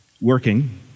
working